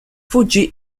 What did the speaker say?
fuggì